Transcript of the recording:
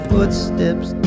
footsteps